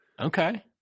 okay